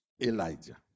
Elijah